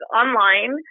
online